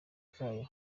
kayo